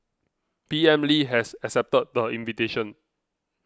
P M Lee has accepted the invitation